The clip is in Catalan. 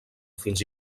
fins